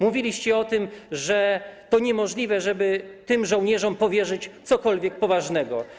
Mówiliście o tym, że to niemożliwe, żeby tym żołnierzom powierzyć cokolwiek poważnego.